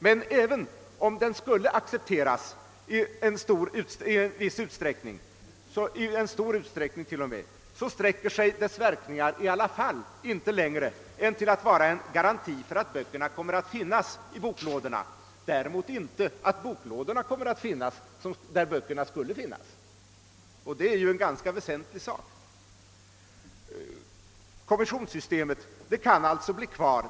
Men även om den skulle accepteras, i stor utsträckning till och med, sträcker sig dess verkningar i alla fall inte längre än till att vara en garanti för att böckerna kommer att finnas i boklådorna, däremot inte för att boklådorna kommer att finnas på de platser dit böckerna skulle komma, och det är ju onekligen en ganska väsentlig sak. Utskottet tycker alltså att kommissionssystemet kan bli kvar.